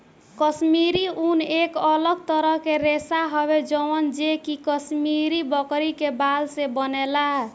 काश्मीरी ऊन एक अलग तरह के रेशा हवे जवन जे कि काश्मीरी बकरी के बाल से बनेला